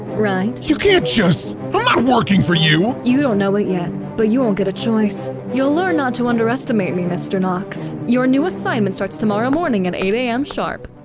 right? you can't working for you! you don't know it yet, but you won't get a choice. you'll learn not to underestimate me, mr. nox. your new assignment starts tomorrow morning at eight am sharp.